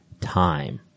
time